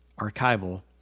archival